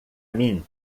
mim